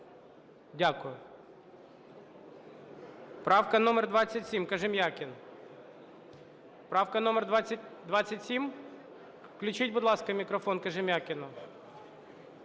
Дякую. Правка номер 27, Кожем'якін. Правка номер 27? Включіть, будь ласка, мікрофон Кожем'якіну.